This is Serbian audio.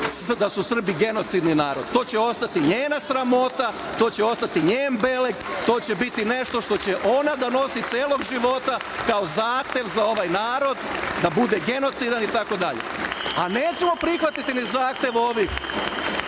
da su Srbi genocidni narod. To će ostati njena sramota. To nje ostati njen beleg. To će biti nešto što će ona da nosi celog života kao zapel za ova narod da bude genocidan itd. Nećemo prihvatiti ni zahtev ovih